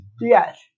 Yes